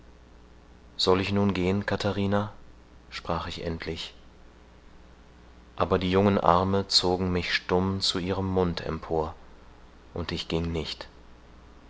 soll ich nun gehen katharina sprach ich endlich aber die jungen arme zogen mich stumm zu ihrem mund empor und ich ging nicht